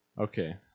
Okay